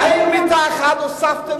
האם מיטה אחת הוספתם,